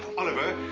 oliver.